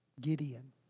Gideon